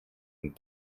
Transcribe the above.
and